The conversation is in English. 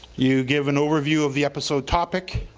you give an overview of the episode topic,